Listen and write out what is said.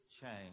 change